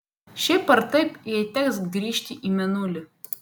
šiaip ar taip jai teks grįžti į mėnulį